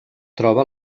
troba